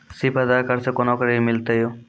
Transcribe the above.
सिर्फ आधार कार्ड से कोना के ऋण मिलते यो?